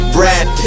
Brad